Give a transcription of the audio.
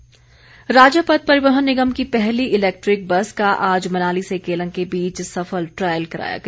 electric bus राज्य पथ परिवहन निगम की पहली इलैक्ट्रिक बस का आज मनाली से केलंग के बीच सफल ट्रायल कराया गया